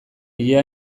ilea